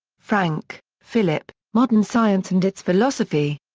frank, philipp modern science and its philosophy.